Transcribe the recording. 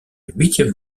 huitième